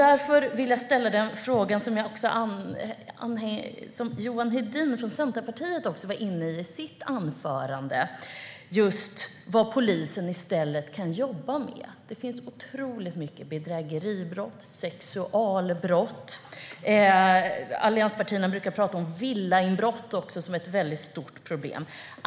Därför vill också jag ställa den fråga som Johan Hedin från Centerpartiet var inne på i sitt anförande: Vad kan polisen i stället jobba med? Det finns otroligt mycket bedrägeribrott och sexualbrott. Allianspartierna brukar tala om villainbrott som ett stort problem.